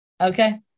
Okay